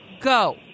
Go